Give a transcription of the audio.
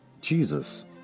Jesus